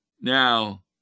Now